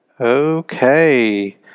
Okay